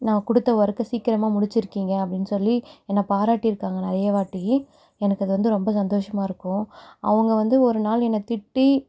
நான் கொடுத்த ஒர்க்கை சீக்கிரமாக முடிச்சிருக்கீங்க அப்படின் சொல்லி என்னை பாராட்டியிருக்காங்க நிறைய வாட்டி எனக்கு அது வந்து ரொம்ப சந்தோஷமாக இருக்கும் அவங்க வந்து ஒரு நாள் என்னை திட்டி